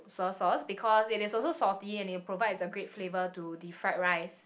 soya sauce because it is also salty and it provides a great flavour to the fried rice